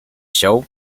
show